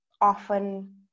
often